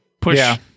push